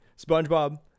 SpongeBob